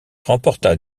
remporta